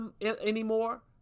anymore